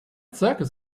circus